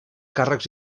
càrrecs